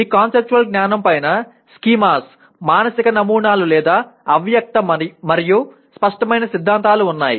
ఆ కాన్సెప్చువల్ జ్ఞానం పైన స్కీమాస్ మానసిక నమూనాలు లేదా అవ్యక్త మరియు స్పష్టమైన సిద్ధాంతాలు ఉన్నాయి